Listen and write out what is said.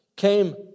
came